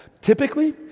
typically